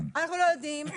אנחנו לא יודעים,